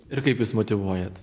ir kaip jūs motyvuojat